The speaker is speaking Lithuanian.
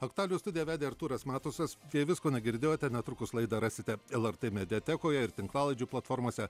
aktualijų studiją vedė artūras matusas jei visko negirdėjote netrukus laidą rasite lrt mediatekoje ir tinklalaidžių platformose